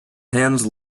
hands